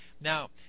Now